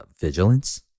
vigilance